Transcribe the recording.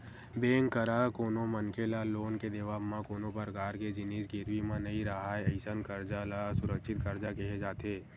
bank करा कोनो मनखे ल लोन के देवब म कोनो परकार के जिनिस गिरवी म नइ राहय अइसन करजा ल असुरक्छित करजा केहे जाथे